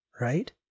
Right